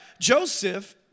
Joseph